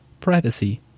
privacy